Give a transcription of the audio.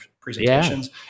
presentations